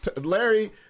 Larry